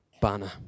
banner